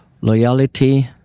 loyalty